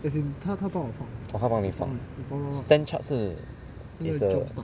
oh 他帮你放 Standard Chartered 是 is a